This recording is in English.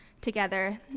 together